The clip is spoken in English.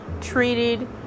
treated